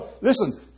Listen